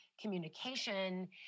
communication